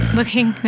looking